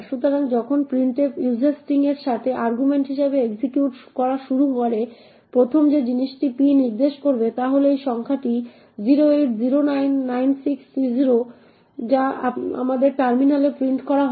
সুতরাং যখন printf user string এর সাথে আর্গুমেন্ট হিসাবে এক্সিকিউট করা শুরু করে প্রথম যে জিনিসটি p নির্দেশ করবে তা হল এই সংখ্যাটি 080996C0 যা আমাদের টার্মিনালে প্রিন্ট করা হয়